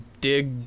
dig